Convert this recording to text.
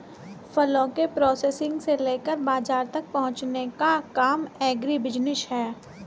फलों के प्रोसेसिंग से लेकर बाजार तक पहुंचने का काम एग्रीबिजनेस है